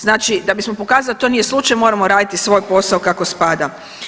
Znači da bismo pokazali da to nije slučaj, moramo raditi svoj posao kako spada.